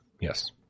yes